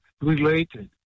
related